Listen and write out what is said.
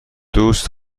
دوست